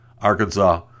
Arkansas